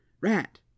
rat